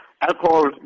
alcohol